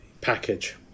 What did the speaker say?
Package